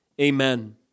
amen